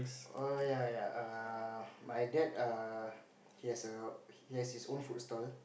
err ya ya err my dad err he has a he has his own food stall